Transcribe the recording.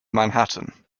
manhattan